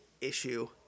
issue